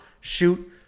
shoot